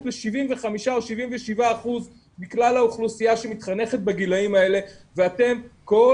ל-75% או 77% מכלל האוכלוסייה שמתחנכת בגילאים האלה ואתם כל